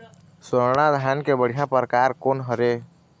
स्वर्णा धान के बढ़िया परकार कोन हर ये?